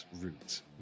route